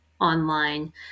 online